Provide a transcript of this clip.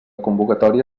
convocatòria